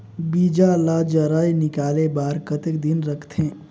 बीजा ला जराई निकाले बार कतेक दिन रखथे?